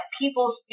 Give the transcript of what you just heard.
people